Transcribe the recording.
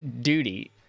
duty